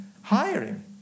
hiring